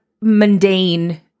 mundane